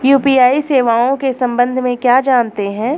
UPI सेवाओं के संबंध में क्या जानते हैं?